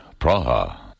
Praha